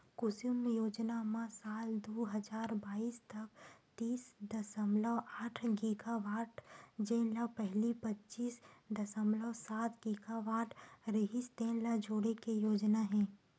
कुसुम योजना म साल दू हजार बाइस तक तीस दसमलव आठ गीगावाट जेन ल पहिली पच्चीस दसमलव सात गीगावाट रिहिस तेन ल जोड़े के योजना हे